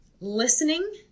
listening